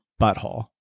butthole